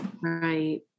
Right